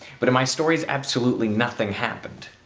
but in my stories, absolutely nothing happened.